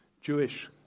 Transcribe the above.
Jewish